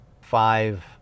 five